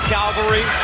Calvary